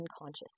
unconscious